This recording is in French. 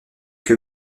que